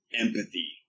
empathy